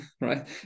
right